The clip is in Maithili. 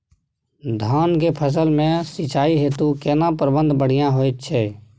धान के फसल में सिंचाई हेतु केना प्रबंध बढ़िया होयत छै?